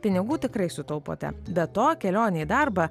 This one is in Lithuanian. pinigų tikrai sutaupote be to kelionė į darbą